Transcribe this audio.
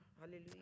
Hallelujah